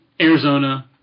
Arizona